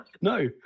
no